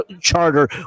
Charter